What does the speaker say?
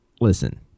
listen